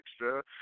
extra